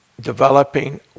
developing